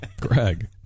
Greg